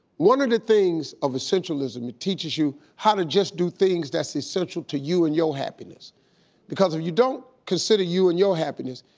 one of the things of essentialism, it teaches you how to just do things that's essential to you and your happiness because if you don't consider you and your happiness,